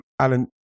Alan